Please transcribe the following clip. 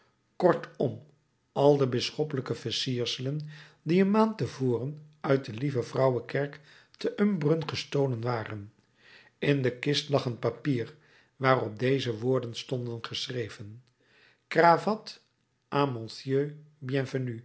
kortom al de bisschoppelijke versierselen die een maand te voren uit de lieve vrouwenkerk te embrun gestolen waren in de kist lag een papier waarop deze woorden stonden geschreven cravatte